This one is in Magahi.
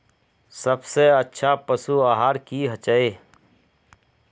सबसे अच्छा पशु आहार की होचए?